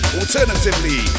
alternatively